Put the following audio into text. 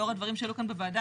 לאור הדברים שעלו כאן בוועדה.